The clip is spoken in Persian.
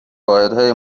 واحدهای